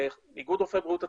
איגוד בריאות הציבור,